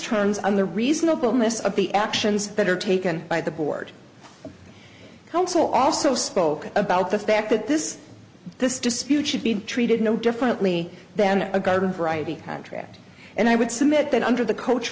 turns on the reasonableness of the actions that are taken by the board counsel also spoke about the fact that this this dispute should be treated no differently than a garden variety contract and i would submit that under the coach